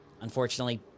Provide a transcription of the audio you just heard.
unfortunately